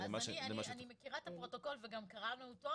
-- אז אני מכירה את הפרוטוקול וגם קראנו אותו.